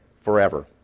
forever